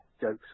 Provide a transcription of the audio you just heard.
jokes